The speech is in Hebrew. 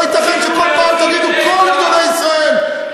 לא ייתכן שכל פעם תגידו: כל גדולי ישראל,